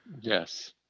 yes